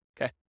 Okay